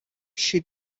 she